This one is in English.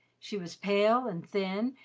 she was pale and thin,